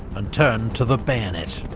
and turned to the bayonet.